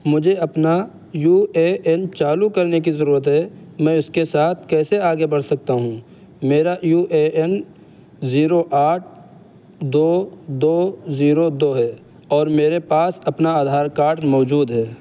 مجھے اپنا یو اے این چالو کرنے کی ضرورت ہے میں اس کے ساتھ کیسے آگے برھ سکتا ہوں میرا یو اے این زیرو آٹ دو دو زیرو دو ہے اور میرے پاس اپنا آدھار کارڈ موجود ہے